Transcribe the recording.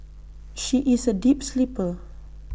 she is A deep sleeper